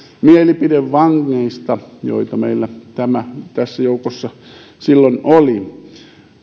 mielipidevangeista joita meillä tässä joukossa silloin oli